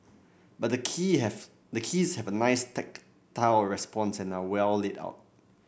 but the key have the keys have a nice tactile response and are well laid out